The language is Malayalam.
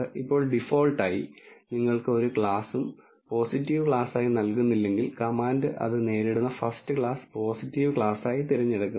ഇപ്പോൾ ഡിഫോൾട്ടായി നിങ്ങൾ ഒരു ക്ലാസും പോസിറ്റീവ് ക്ലാസായി നൽകുന്നില്ലെങ്കിൽ കമാൻഡ് അത് നേരിടുന്ന ഫസ്റ്റ് ക്ലാസ് പോസിറ്റീവ് ക്ലാസായി തിരഞ്ഞെടുക്കുന്നു